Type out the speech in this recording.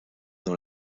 dans